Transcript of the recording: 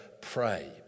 pray